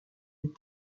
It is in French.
des